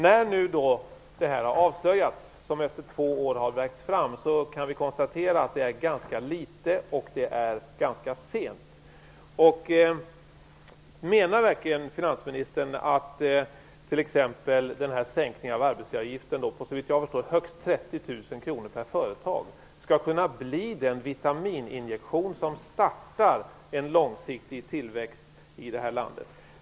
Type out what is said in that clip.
När nu detta har avslöjats - och som efter två år har värkts fram - kan vi konstatera att det är ganska litet och ganska sent. Menar verkligen finansministern att t.ex. sänkningen av arbetsgivaravgiften på - såvitt jag förstår - högst 30 000 kr per företag skall kunna bli den vitamininjektion som startar en långsiktig tillväxt i det här landet?